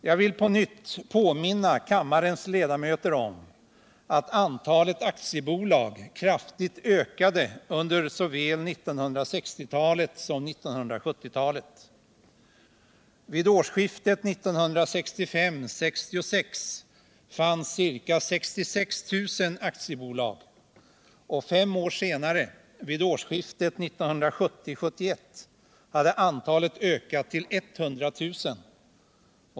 Jag vill på nytt påminna kammarens ledamöter om att antalet aktiebolag kraftigt ökade under såväl 1960-talet som 1970-talet. Vid årsskiftet 1965-1966 fanns ca 66 000 aktiebolag, och fem år senare, vid årsskiftet 1970-1971, hade antalet ökat till 100 000.